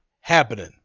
happening